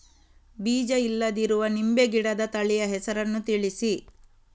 ಬೀಜ ಇಲ್ಲದಿರುವ ನಿಂಬೆ ಗಿಡದ ತಳಿಯ ಹೆಸರನ್ನು ತಿಳಿಸಿ?